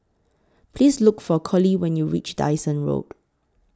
Please Look For Collie when YOU REACH Dyson Road